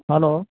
hello